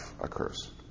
occurs